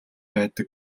байдаг